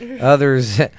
Others